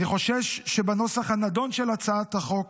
אני חושש שבנוסח הנדון של הצעת החוק